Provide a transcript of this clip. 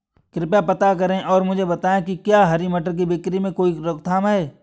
कृपया पता करें और मुझे बताएं कि क्या हरी मटर की बिक्री में कोई रोकथाम है?